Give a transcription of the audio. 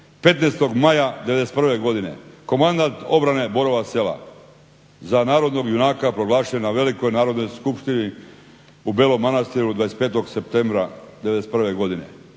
15.maja 1991.godine. Komandant obrane Borova Sela. Za narodnog junaka proglašen na velikoj narodnoj skupštini u Belom Manastiru 25.septembra 1991.godine.